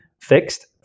fixed